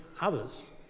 others